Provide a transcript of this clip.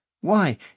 Why